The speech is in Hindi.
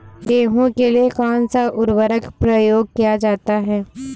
गेहूँ के लिए कौनसा उर्वरक प्रयोग किया जाता है?